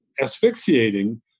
asphyxiating